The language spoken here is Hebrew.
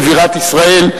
בבירת ישראל,